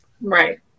Right